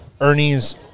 ernie's